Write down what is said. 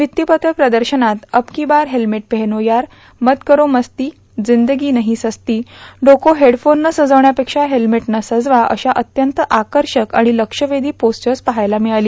भित्तीपत्र प्रदर्शनात अब की बार हेल्मेट पहनो यारमत करो मस्ती जिंदगी नही सस्ती डोकं हेडफोननं सजवण्यापेक्षा हेल्मेटनं सजवा अशा अत्यंत आकर्षक अणि लक्षवेधी पोस्टर्स पाहावयास मिळाली